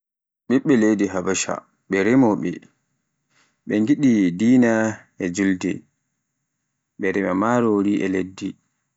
ɓiɓɓe leydi Habasha, ɓe remoɓe ngiɗi dina e julde, ɓe rema marori e liɗɗi.